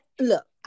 look